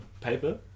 paper